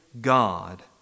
God